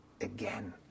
again